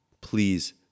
Please